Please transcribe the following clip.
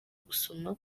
gusoma